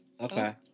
Okay